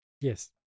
yes